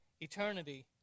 eternity